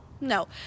no